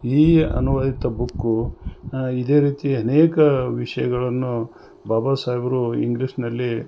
ಈ ಅನುವಾದಿತ ಬುಕ್ಕು ಇದೇ ರೀತಿ ಅನೇಕ ವಿಷಯಗಳನ್ನು ಬಾಬಾ ಸಾಹೇಬ್ರು ಇಂಗ್ಲೀಷ್ನಲ್ಲಿ